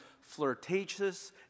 flirtatious